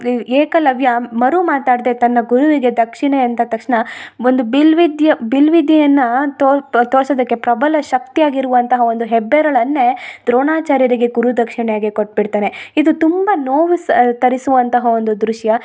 ಏ ಏಕಲವ್ಯ ಮರು ಮಾತಾಡ್ದೆ ತನ್ನ ಗುರುವಿಗೆ ದಕ್ಷಿಣೆ ಅಂತ ತಕ್ಷಣ ಒಂದು ಬಿಲ್ವಿದ್ಯ ಬಿಲ್ವಿದ್ಯೆಯನ್ನ ತೋರ್ಪ್ ತೋರ್ಸೋದಕ್ಕೆ ಪ್ರಬಲ ಶಕ್ತಿಯಾಗಿರುವಂತಹ ಒಂದು ಹೆಬ್ಬೆರಳನ್ನೇ ದ್ರೋಣಾಚಾರ್ಯರಿಗೆ ಗುರುದಕ್ಷಿಣೆಯಾಗೆ ಕೊಟ್ಟು ಬಿಡ್ತಾರೆ ಇದು ತುಂಬ ನೋವು ಸ್ ತರಿಸುವಂತಹ ಒಂದು ದೃಶ್ಯ